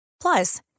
Plus